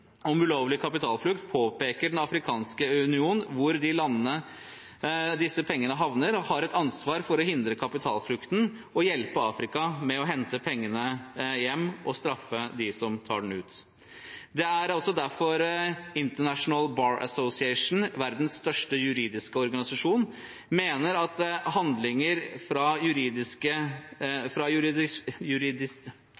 om ulovlig kapitalflukt påpeker Den afrikanske union at de landene hvor disse pengene havner, har et ansvar for å hindre kapitalflukten, hjelpe Afrika med å hente pengene hjem og straffe dem som tar dem ut. Det er også derfor at International Bar Association, verdens største juridiske organisasjon, mener at handlinger fra